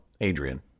Adrian